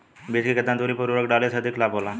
बीज के केतना दूरी पर उर्वरक डाले से अधिक लाभ होला?